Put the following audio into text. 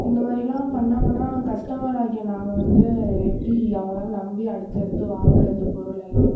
இந்த மாதிரிலாம் பண்ணிணாங்கன்னா கஸ்டமர் ஆகிய நாங்கள் வந்து எப்படி அவங்களால நம்பி அடுத்து அடுத்து வாங்குறது பொருள் எல்லாம்